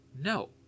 no